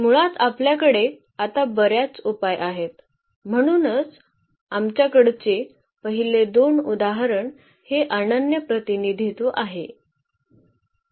मुळात आपल्याकडे आता बर्याच उपाय आहेत म्हणूनच आमच्याकडचे पहिले दोन उदाहरण हे अनन्य प्रतिनिधित्व आहे